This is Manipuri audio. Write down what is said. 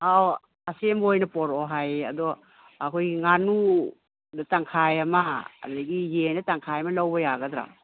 ꯑꯧ ꯑꯁꯦꯝꯕ ꯑꯣꯏꯅ ꯄꯨꯔꯛꯑꯣ ꯍꯥꯏꯌꯦ ꯑꯗꯣ ꯑꯩꯈꯣꯏꯒꯤ ꯉꯥꯅꯨ ꯑꯗꯨ ꯇꯪꯈꯥꯏ ꯑꯃ ꯑꯗꯒꯤ ꯌꯦꯟꯗ ꯇꯪꯈꯥꯏꯅ ꯂꯧꯕ ꯌꯥꯒꯗ꯭ꯔꯥ